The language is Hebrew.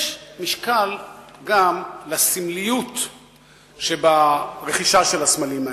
יש משקל גם לסמליות שברכישה של הסמלים האלה.